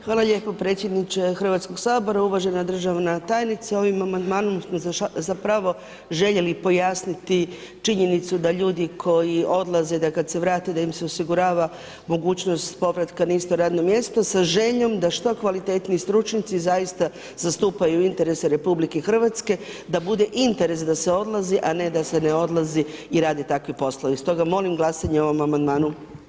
Hvala lijepo predsjedniče Hrvatskoga sabora, uvažena Državna tajnice ovim amandmanom smo zapravo željeli pojasniti činjenicu da ljudi koji odlaze da kad se vrate da im se osigurava mogućnost povratka na isto radno mjesto sa željom da što kvalitetniji stručnjaci zaista zastupaju interese RH, da bude interes da se odlazi a ne da se ne odlazi i rade takvi poslovi, stoga molim glasanje o ovom amandmanu.